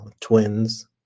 twins